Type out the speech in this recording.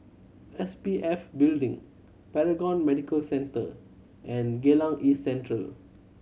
S P F Building Paragon Medical Centre and Geylang East Central